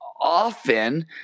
often